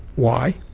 why?